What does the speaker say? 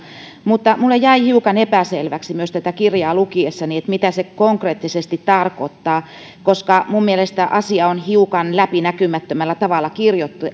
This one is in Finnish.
mutta minulle jäi myös hiukan epäselväksi tätä kirjaa lukiessani että mitä se konkreettisesti tarkoittaa koska mielestäni asia on hiukan läpinäkymättömällä tavalla kirjoitettu